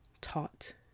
taught